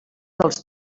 dels